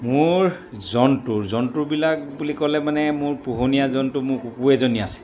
মোৰ জন্তু জন্তুবিলাক বুলি ক'লে মানে মোৰ পোহনীয়া জন্তু মোৰ কুকুৰ এজনী আছে